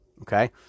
okay